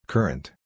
Current